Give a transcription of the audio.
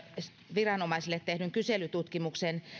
viranomaisille tekemän kyselytutkimuksen